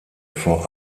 vor